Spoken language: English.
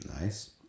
Nice